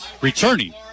returning